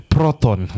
Proton